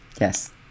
Yes